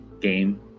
game